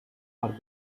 our